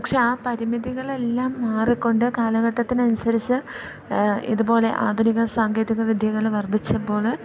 പക്ഷെ ആ പരിമിതികളെല്ലാം മാറിക്കൊണ്ട് കാലഘട്ടത്തിനനുസരിച്ച് ഇതുപോലെ ആധുനിക സാങ്കേതിക വിദ്യകൾ വർദ്ധിച്ചപ്പോൾ